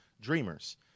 dreamers